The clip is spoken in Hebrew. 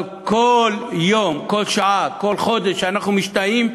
אבל כל יום, כל שעה, כל חודש שאנחנו משתהים,